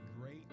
great